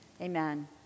amen